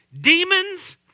demons